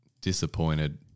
disappointed